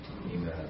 Amen